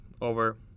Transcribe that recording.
over